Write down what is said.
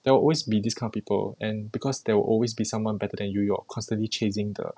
there will always be this kind of people and because there will always be someone better than you you're constantly chasing the